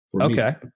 Okay